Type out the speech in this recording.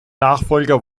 nachfolger